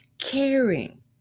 caring